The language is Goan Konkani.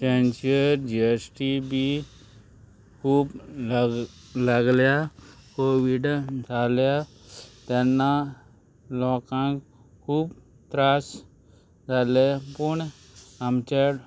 तेंचे जीएसटी बी खूब ला लागल्या कोविडान जाल्या तेन्ना लोकांक खूब त्रास जाले पूण आमचे